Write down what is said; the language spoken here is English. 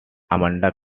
amanda